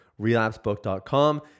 Relapsebook.com